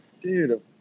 dude